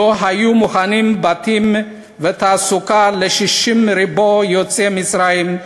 לא היו מוכנים בתים ותעסוקה ל-60 ריבוא יוצאי מצרים,